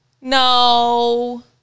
No